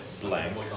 blank